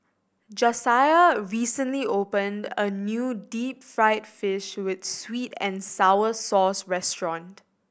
Jasiah recently opened a new deep fried fish with sweet and sour sauce restaurant